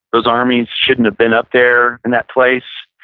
those armies shouldn't have been up there in that place.